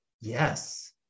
Yes